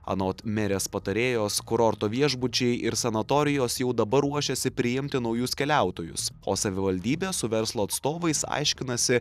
anot merės patarėjos kurorto viešbučiai ir sanatorijos jau dabar ruošiasi priimti naujus keliautojus o savivaldybė su verslo atstovais aiškinasi